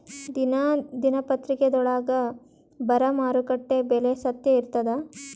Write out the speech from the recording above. ದಿನಾ ದಿನಪತ್ರಿಕಾದೊಳಾಗ ಬರಾ ಮಾರುಕಟ್ಟೆದು ಬೆಲೆ ಸತ್ಯ ಇರ್ತಾದಾ?